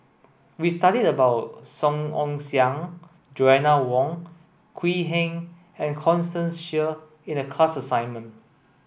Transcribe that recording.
we studied about Song Ong Siang Joanna Wong Quee Heng and Constance Sheare in the class assignment